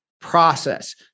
process